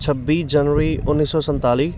ਛੱਬੀ ਜਨਵਰੀ ਉੱਨੀ ਸੌ ਸੰਤਾਲੀ